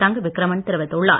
தங்க விக்ரமன் தெரிவித்துள்ளார்